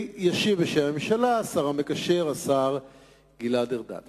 ישיב בשם הממשלה השר המקשר גלעד ארדן.